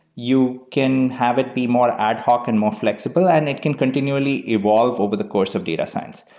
you can have it be more ad hoc and more flexible and it can continually evolve over the course of data science.